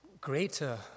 greater